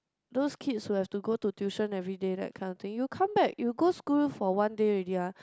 those kids who have to go to tuition everyday that kind of thing you come back you go school for one day already ah